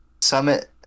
Summit